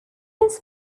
his